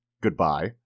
goodbye